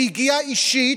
ביגיעה אישית,